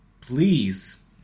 please